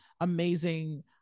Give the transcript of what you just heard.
amazing